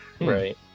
Right